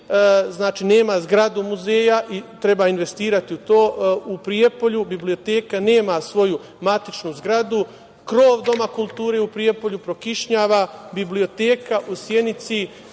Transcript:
muzej, nema zgradu muzeja i treba investirati u to. U Prijepolju biblioteka nema svoju matičnu zgradu. Krov Doma kulture u Prijepolju prokišnjava. Biblioteka u Sjenici